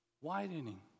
Widening